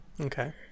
Okay